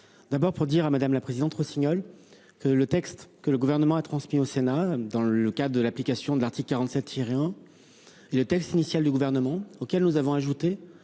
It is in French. d'abord pour dire à Madame la Présidente Rossignol. Le texte que le gouvernement a transmis au Sénat. Dans le cadre de l'application de l'article 47 syrien. Et le texte initial du gouvernement auquel nous avons ajouté